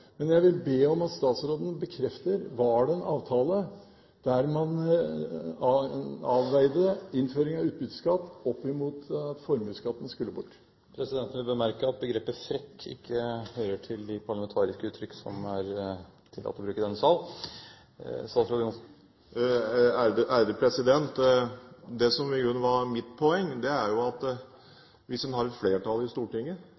men jeg vil be om at statsråden bekrefter: Var det en avtale, der man avveide innføring av utbytteskatt opp mot at formuesskatten skulle bort? Presidenten vil bemerke at begrepet «frekk» ikke hører til de parlamentariske uttrykk som er tillatt å bruke i denne sal. Mitt poeng var i grunnen at hvis en har et flertall i Stortinget,